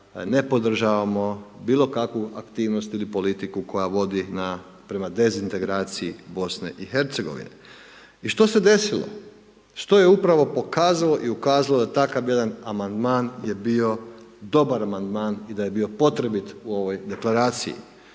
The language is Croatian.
ne podržavamo bilo kakvu aktivnost ili politiku, koja vodi na, prema dezintegraciji BIH. I što se je desilo? Što je upravo pokazalo i ukazalo, da takav jedan amandman je bio dobar amandman i da je bio potrebit u ovoj deklaraciji?